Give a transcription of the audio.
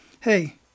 hey